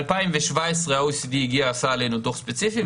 ב-2017 ה-OECD הגיע ועשה עלינו דוח ספציפי,